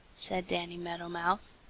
said danny meadow mouse.